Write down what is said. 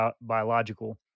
biological